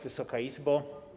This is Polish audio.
Wysoka Izbo!